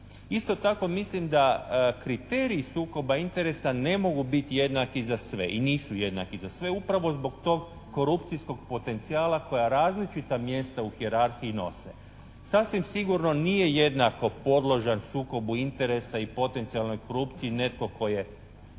Isto tako mislim da kriteriji sukoba interesa ne mogu biti jednaki za sve i nisu jednaki za sve. Upravo zbog tog korupcijskog potencijala koja različita mjesta u hijerarhiji nose. Sasvim sigurno nije jednako podložan sukobu interesa i potencijalnoj korupciji netko tko je